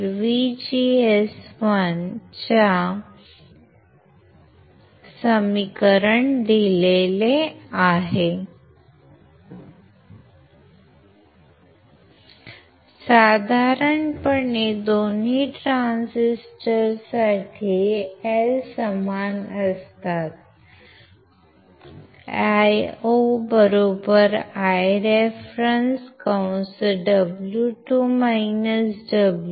For λ0 IoIref WL2WL1 साधारणपणे दोन्ही ट्रान्झिस्टरसाठी L समान असतात Io Iref W2W1